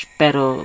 pero